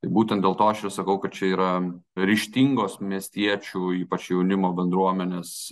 būtent dėl to aš ir sakau kad čia yra ryžtingos miestiečių ypač jaunimo bendruomenės